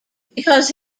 because